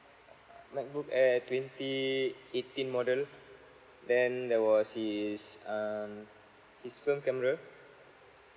macbook air twenty eighteen model then there was his um his film camera